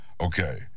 Okay